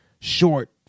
short